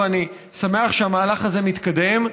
ואני שמח שהמהלך הזה מתקדם,